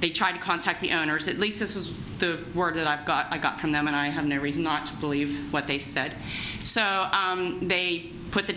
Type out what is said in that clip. they tried to contact the owners at least this is the work that i got i got from them and i have no reason not to believe what they said so they put the